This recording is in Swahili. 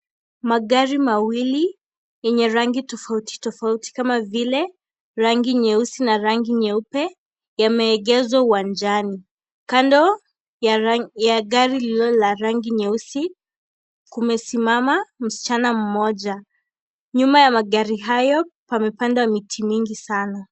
Magari mawili yenye rangi tofauti tofauti kama vile rangi nyeusi na rangi nyeupe yameegeshwa uwanjani. Kando ya gari lililo la rangi nyeusi kumesimama msichana mmoja. Nyuma ya magari hayo pamepandwa miti mingi sana.